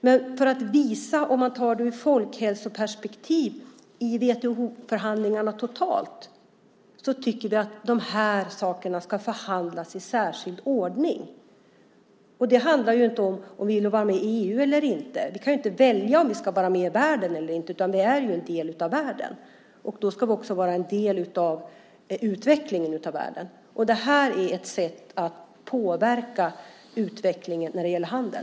Man kan ta detta ur ett folkhälsoperspektiv i WTO-förhandlingarna totalt. Då tycker vi att de här sakerna ska förhandlas i särskild ordning. Det handlar inte om ifall vi vill vara med i EU eller inte. Vi kan ju inte välja om vi ska vara med i världen eller inte, utan vi är en del av världen. Då ska vi också vara en del av utvecklingen i världen, och det här är ett sätt att påverka utvecklingen när det gäller handeln.